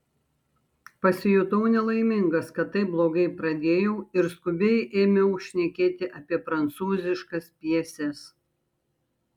pasijutau nelaimingas kad taip blogai pradėjau ir skubiai ėmiau šnekėti apie prancūziškas pjeses